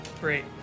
Great